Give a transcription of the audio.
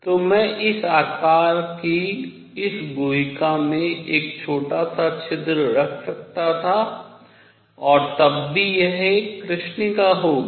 तो मैं इस आकार की इस गुहिका में एक छोटा सा छिद्र रख सकता था और तब भी यह एक कृष्णिका होगी